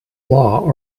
law